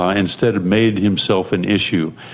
ah instead made himself an issue,